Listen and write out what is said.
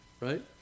right